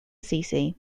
assisi